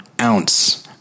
ounce